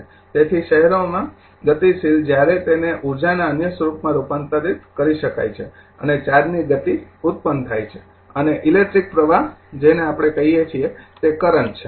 તેથી શહેરોમાં ગતિશીલ જ્યારે તેને ઉર્જાના અન્ય સ્વરૂપમાં રૂપાંતરિત કરી શકાય છે અને ચાર્જની ગતિ ઉત્પન્ન થાય છે અને ઇલેક્ટ્રિક પ્રવાહ જેને આપણે કહીએ છીએ તે કરંટ છે